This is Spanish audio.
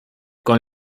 con